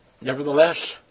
Nevertheless